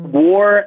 war